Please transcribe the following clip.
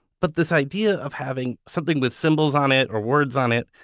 but this idea of having something with symbols on it, or words on it,